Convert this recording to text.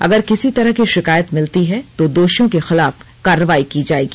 अगर किसी तरह की शिकायत मिलती है तो दोषियों के खिलाफ कार्रवाई की जाएगी